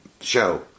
show